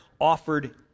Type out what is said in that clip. offered